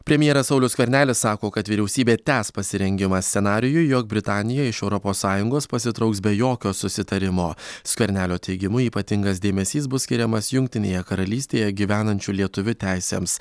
premjeras saulius skvernelis sako kad vyriausybė tęs pasirengimą scenarijui jog britanija iš europos sąjungos pasitrauks be jokio susitarimo skvernelio teigimu ypatingas dėmesys bus skiriamas jungtinėje karalystėje gyvenančių lietuvių teisėms